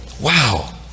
Wow